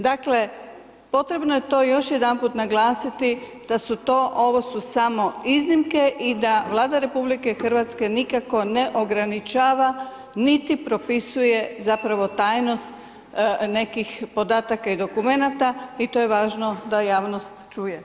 Dakle potrebno je to još jedanput naglasiti da su to ovo su samo iznimke i da Vlada RH nikako ne ograničava niti propisuje tajnost nekih podataka i dokumenata i to je važno da javnost čuje.